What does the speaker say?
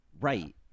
Right